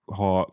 ha